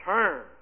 Turn